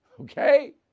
okay